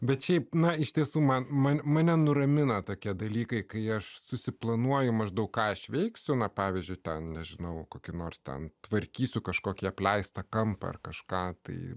bet šiaip na iš tiesų man man mane nuramina tokie dalykai kai aš susiplanuoju maždaug ką aš veiksiu na pavyzdžiui tą nežinau kokiu nors ten tvarkysiu kažkokį apleistą kampą ar kažką tai